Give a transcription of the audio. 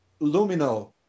Lumino